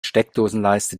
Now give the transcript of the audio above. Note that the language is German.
steckdosenleiste